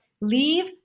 Leave